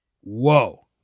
whoa